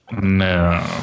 no